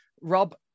Rob